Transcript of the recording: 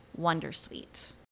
wondersuite